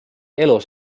elus